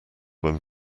when